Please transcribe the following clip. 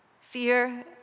fear